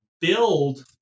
build